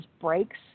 breaks